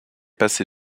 passé